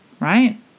right